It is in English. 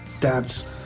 dads